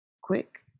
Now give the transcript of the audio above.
quick